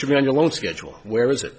should be on your loan schedule where was it